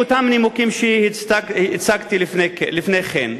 מאותם נימוקים שהצגתי לפני כן,